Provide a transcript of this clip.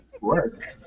work